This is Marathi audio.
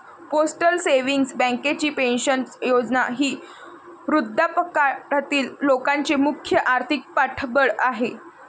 पोस्टल सेव्हिंग्ज बँकेची पेन्शन योजना ही वृद्धापकाळातील लोकांचे मुख्य आर्थिक पाठबळ आहे